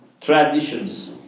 traditions